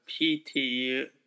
PTU